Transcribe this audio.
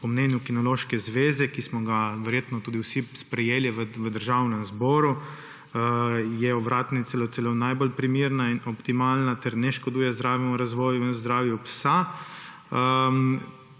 Po mnenju Kinološke zveze, ki smo ga verjetno prejeli vsi v Državnem zboru, je ovratnica najbolj primerna, optimalna in ne škoduje zdravemu razvoju in zdravju psa.